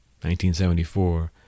1974